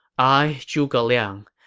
i, zhuge liang,